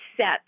set